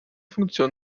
funktion